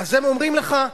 הם אומרים לך: